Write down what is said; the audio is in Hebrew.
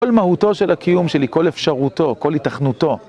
כל מהותו של הקיום שלי, כל אפשרותו, כל התכנותו.